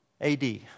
AD